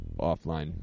offline